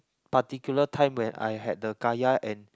particular time when I had the kaya and